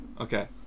Okay